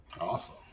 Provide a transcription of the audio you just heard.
awesome